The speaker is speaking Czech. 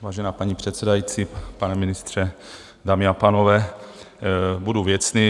Vážená paní předsedající, pane ministře, dámy a pánové, budu věcný.